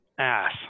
ass